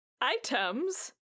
items